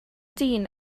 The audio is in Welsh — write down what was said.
dyn